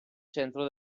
centro